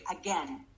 again